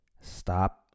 Stop